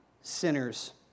sinners